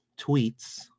tweets